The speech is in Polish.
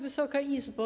Wysoka Izbo!